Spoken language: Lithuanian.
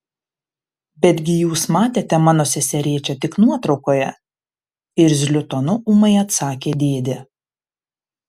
betgi jūs matėte mano seserėčią tik nuotraukoje irzliu tonu ūmai atsakė dėdė